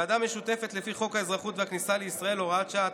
ועדה משותפת לפי חוק האזרחות והכניסה לישראל (הוראת שעה),